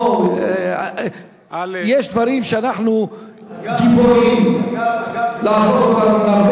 יש דברים שאנחנו גיבורים לעשות אותם,